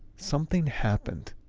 something happened